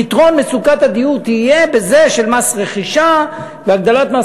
פתרון מצוקת הדיור בנושא של מס רכישה יהיה בהגדלת מס